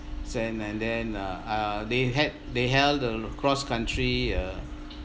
sand and then uh uh they had they held the cross-country uh